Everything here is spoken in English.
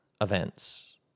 events